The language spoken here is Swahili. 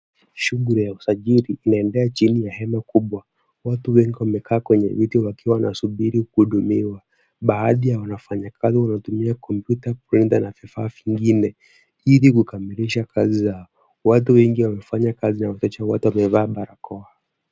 Sughuli ya kusajili unaendelea chini ya hema kubwa, watu wengi wamekaa kwenye viti wakisubiri kuhudumiwa, baadha ya wanakazi wanatumia computer na printer na vifaa vingine ilikukamiliza kazi zao. Watu wengi wamefanya kazi wote wamevaa barakoa.